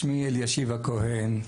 שמי אלישיב הכהן.